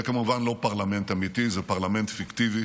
זה כמובן לא פרלמנט אמיתי, זה פרלמנט פיקטיבי.